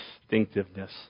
Distinctiveness